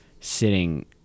sitting